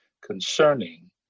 concerning